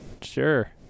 Sure